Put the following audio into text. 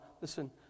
Listen